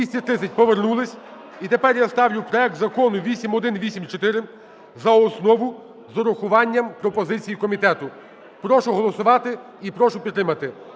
За-230 Повернулися. І тепер я ставлю проекту Закону 8184 за основу з урахуванням пропозицій комітету. Прошу голосувати і прошу підтримати.